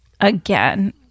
again